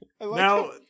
Now